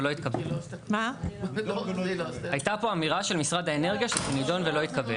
הייתה פה אמירה של משרד האנרגיה שזה נידון ולא התקבל.